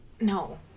no